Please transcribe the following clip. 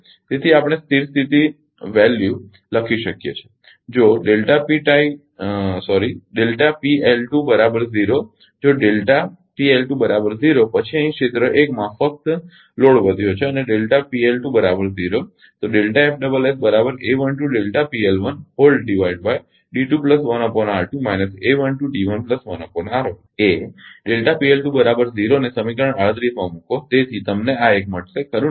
તેથી આપણે સ્થિર સ્થિતી મૂલ્ય લખી શકીએ છીએ જો જો પછી અહીં ક્ષેત્ર 1 માં ફક્ત લોડ વધ્યો છે અને તો એ ને સમીકરણ 38 માં મૂકો તેથી તમને આ એક મળશે ખરુ ને